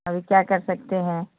अभी क्या कर सकते हैं